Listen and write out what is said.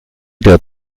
der